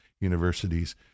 universities